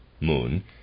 Moon